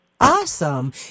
Awesome